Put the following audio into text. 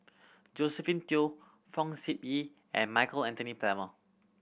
Josephine Teo Fong Sip Ee and Michael Anthony Palmer